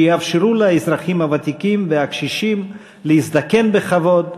שיאפשרו לאזרחים הוותיקים והקשישים להזדקן בכבוד,